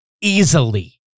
easily